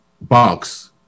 box